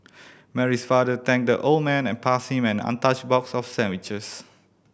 Mary's father thanked the old man and passed him an untouched box of sandwiches